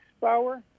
power